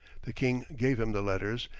the king gave him the letters,